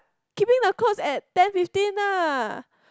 keeping the clothes at ten fifteen lah